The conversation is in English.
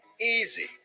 Easy